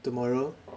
tomorrow